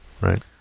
right